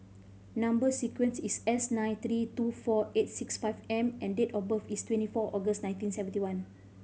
number sequence is S nine three two four eight six five M and date of birth is twenty four August nineteen seventy one